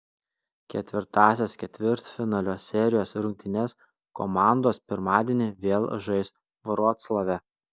ketvirtąsias ketvirtfinalio serijos rungtynes komandos pirmadienį vėl žais vroclave